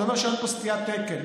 זה אומר שאין פה סטיית תקן.